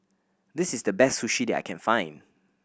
this is the best Sushi I can find